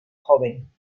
joven